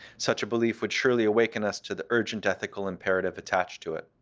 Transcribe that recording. such a belief would surely awaken us to the urgent ethical imperative attached to it,